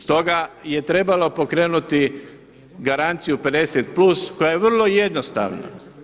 Stoga je trebalo pokrenuti garanciju 50+ koja je vrlo jednostavna.